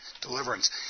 deliverance